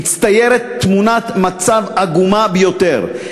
מצטיירת תמונת מצב עגומה ביותר.